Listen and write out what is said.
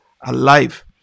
alive